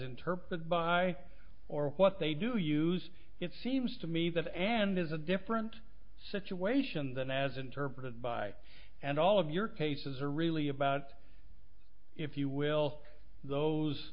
interpreted by or what they do use it seems to me that end is a different situation than as interpreted by and all of your cases are really about if you will those